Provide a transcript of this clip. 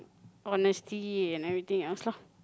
honesty and everything else lah